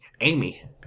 Amy